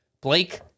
Blake